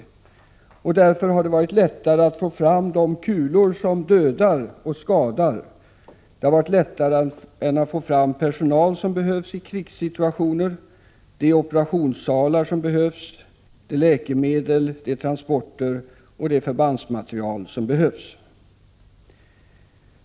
Det har därför varit lättare att få fram kulor som dödar och skadar än att få fram personal, operationssalar, läkemedel, transporter och förbandsmaterial som behövs i krigssituationer.